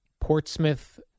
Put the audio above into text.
Portsmouth